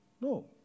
No